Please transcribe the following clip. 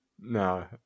no